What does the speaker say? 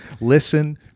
Listen